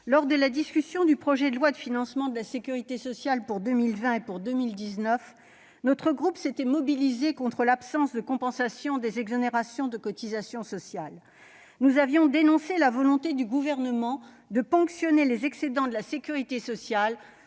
lors de la discussion des projets de loi de financement de la sécurité sociale pour 2020 et pour 2019, le groupe communiste républicain citoyen et écologiste s'était mobilisé contre l'absence de compensation des exonérations de cotisations sociales. Nous avions dénoncé la volonté du Gouvernement de ponctionner les excédents de la sécurité sociale